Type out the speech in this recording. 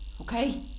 Okay